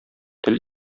тел